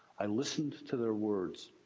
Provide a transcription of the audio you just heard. i listened to their words.